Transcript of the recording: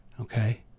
okay